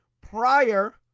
prior